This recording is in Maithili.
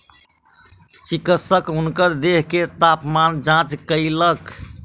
चिकित्सक हुनकर देह के तापमान जांच कयलक